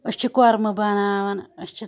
أسۍ چھِ کوٚرمہٕ بناوان أسۍ چھِ